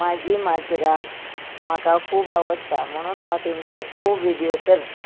म्हाजी माजरां म्हाका खूब आवडटा म्हणून हांव तांचे खूब व्हिडियो करतां